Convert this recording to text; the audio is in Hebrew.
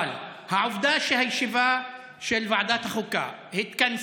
אבל העובדה שהישיבה של ועדת החוקה התכנסה,